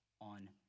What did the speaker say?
on